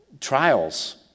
trials